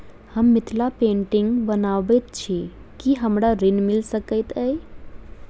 हम मिथिला पेंटिग बनाबैत छी की हमरा ऋण मिल सकैत अई?